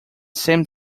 same